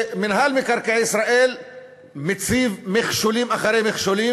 מינהל מקרקעי ישראל מציב מכשולים אחרי מכשולים